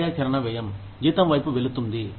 కార్యాచరణ వ్యయం జీతం వైపు వెళుతుంది